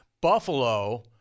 Buffalo